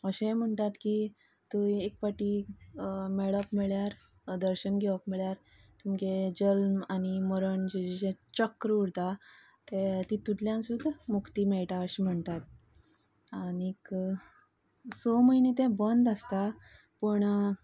अशेंय म्हणटात की थंय एक फावटी मेळप म्हळ्यार दर्शन घेवप म्हळ्यार तुमगे जल्म आनी मरण जे जे चक्र उरता तें तितूंतल्यान सुद्दां मुक्ती मेळटा अशें म्हणटात आनीक स म्हयनें ते बंद आसता पूण